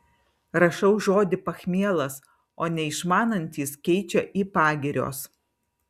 rašau žodį pachmielas o neišmanantys keičia į pagirios